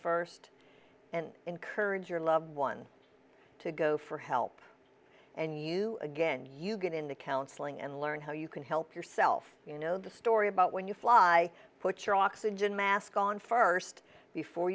first and encourage your loved one to go for help and you again you get into counselling and learn how you can help yourself you know the story about when you fly put your oxygen mask on first before